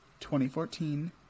2014